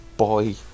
boy